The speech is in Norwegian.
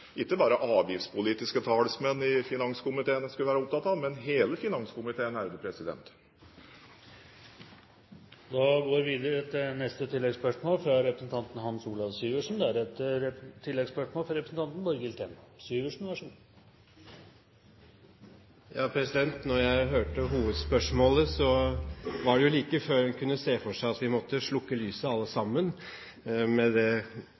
ikke bare avgiftspolitiske talsmenn i finanskomiteen skulle være opptatt av, men hele finanskomiteen. Hans Olav Syversen – til oppfølgingsspørsmål. Da jeg hørte hovedspørsmålet, var det jo like før en kunne se for seg at vi måtte slukke lyset alle sammen, med det